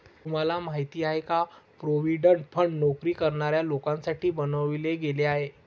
तुम्हाला माहिती आहे का? प्रॉव्हिडंट फंड नोकरी करणाऱ्या लोकांसाठी बनवले गेले आहे